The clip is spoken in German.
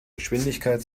geschwindigkeit